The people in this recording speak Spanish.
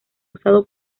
usado